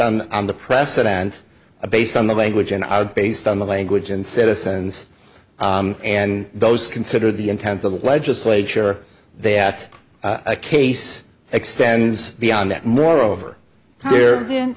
on the precedents of based on the language and based on the language and citizens and those considered the intent of the legislature that a case extends beyond that moreover there